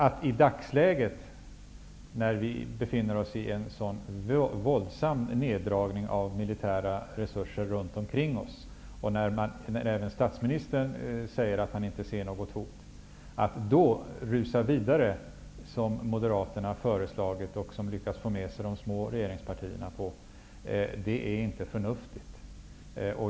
Att i dagsläget, när vi har en sådan våldsam neddragning av militära resurser runt omkring oss och när även statsministern säger att han inte ser något hot, rusa vidare -- som Moderaterna föreslagit och lyckats få med sig de små övriga regeringspartierna på -- är inte förnuftigt.